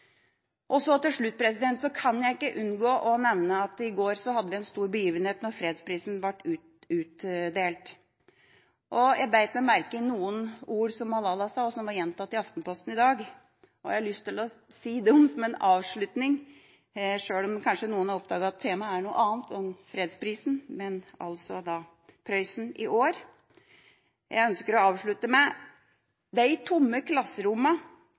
Så til slutt kan jeg ikke unngå å nevne at i går hadde vi en stor begivenhet da fredsprisen ble utdelt. Jeg bet meg merke i noen ord som Malala sa, og som var gjentatt i Aftenposten i dag. Jeg har lyst til å si dem som en avslutning, sjøl om noen kanskje har oppdaget at tema i år er noe annet enn fredsprisen, altså Prøysen. Jeg ønsker å avslutte med: «De tomme